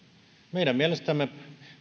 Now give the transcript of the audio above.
meidän mielestämme